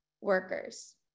workers